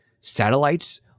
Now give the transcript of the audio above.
satellites